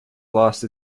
lost